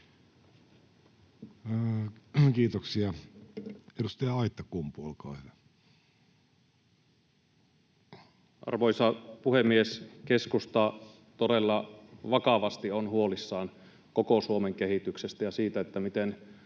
lisätalousarvioksi Time: 14:46 Content: Arvoisa puhemies! Keskusta todella vakavasti on huolissaan koko Suomen kehityksestä ja siitä, miten